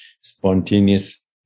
spontaneous